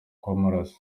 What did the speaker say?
kw’amaraso